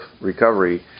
recovery